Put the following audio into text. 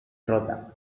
rota